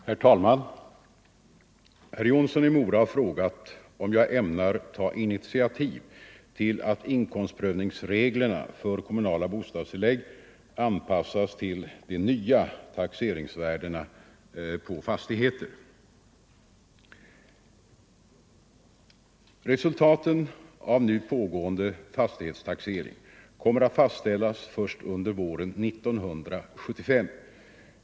Herr talman! Herr Jonsson i Mora har frågat om jag ämnar ta initiativ till att inkomstprövningsreglerna för kommunala bostadstillägg anpassas till de nya taxeringsvärdena på fastigheter. Resultaten av nu pågående fastighetstaxering kommer att fastställas först under våren 1975.